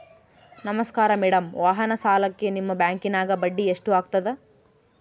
ನಮಸ್ಕಾರ ಮೇಡಂ ವಾಹನ ಸಾಲಕ್ಕೆ ನಿಮ್ಮ ಬ್ಯಾಂಕಿನ್ಯಾಗ ಬಡ್ಡಿ ಎಷ್ಟು ಆಗ್ತದ?